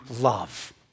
love